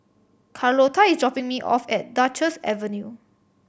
Carlotta is dropping me off at Duchess Avenue